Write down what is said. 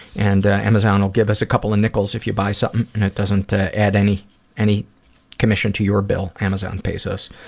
and amazon will give us a couple of nickels if you buy something, and it doesn't add any any commission to your bill. amazon pays us.